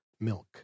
milk